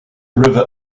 river